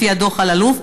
לפי דוח אלאלוף,